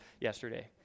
yesterday